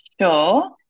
Sure